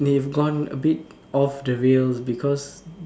they've gone a bit off the rails because